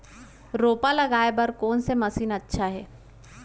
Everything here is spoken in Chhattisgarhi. रोपा लगाय बर कोन से मशीन अच्छा हे?